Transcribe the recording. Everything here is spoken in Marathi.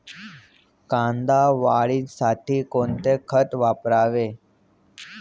कांदा वाढीसाठी कोणते खत वापरावे?